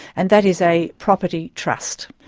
and that is a property trust.